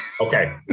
Okay